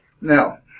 Now